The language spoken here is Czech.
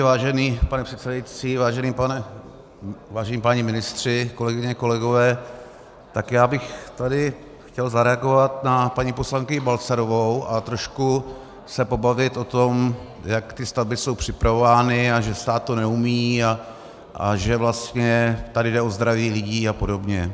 Vážený pane předsedající, vážení páni ministři, kolegyně, kolegové, já bych tady chtěl zareagovat na paní poslankyni Balcarovou a trošku se pobavit o tom, jak ty stavby jsou připravovány a že stát to neumí a že vlastně tady jde o zdraví lidí a podobně.